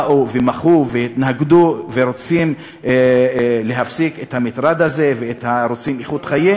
באו ומחו והתנגדו ורוצים להפסיק את המטרד הזה ורוצים איכות חיים.